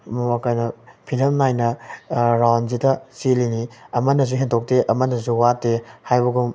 ꯀꯩꯅꯤ ꯐꯤꯗꯝ ꯅꯥꯏꯅ ꯔꯥꯎꯟꯁꯤꯗ ꯆꯦꯜꯂꯤꯅꯤ ꯑꯃꯅꯁꯨ ꯍꯦꯟꯗꯣꯛꯇꯦ ꯑꯃꯅꯁꯨ ꯋꯥꯠꯇꯦ ꯍꯥꯏꯕꯒꯨꯝ